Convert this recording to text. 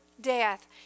death